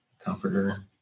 comforter